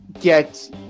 get